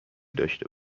داشته